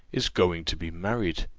is going to be married.